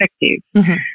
effective